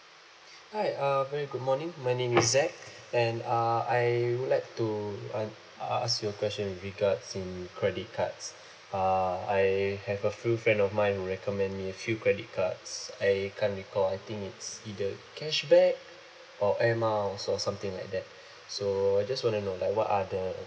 hi um very good morning my name is zack and uh I would like to uh uh ask you a question with regards in credit cards uh I have a few friend of mine who recommend me a few credit cards I can't recall I think it's either cashback or air miles or something like that so I just wanna know like what are the